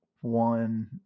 one